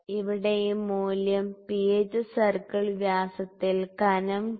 ഇവിടെ ഈ മൂല്യം പിച്ച് സർക്കിൾ വ്യാസത്തിൽ കനം ടി